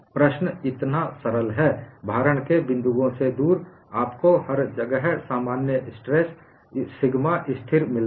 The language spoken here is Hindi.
प्रश्न इतना सरल है भारण के बिंदुओं से दूर आपको हर जगह सामान्य स्ट्रेस सिग्मा स्थिर मिलता है